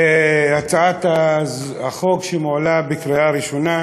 הצעת החוק, שמועלית לקריאה ראשונה,